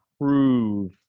prove